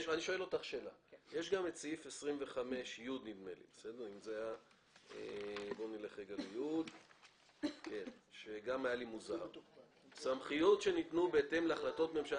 יש גם את סעיף 25י. סמכויות שניתנו בהתאם להחלטות ממשלה.